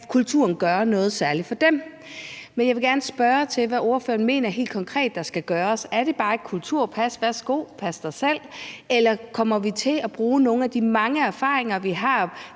kan kulturen gøre noget særligt. Men jeg vil gerne spørge til, hvad ordføreren mener helt konkret der skal gøres. Er det bare: Her er et kulturpas, værsgo – pas dig selv? Eller kommer vi til at bruge nogle af de mange erfaringer, vi har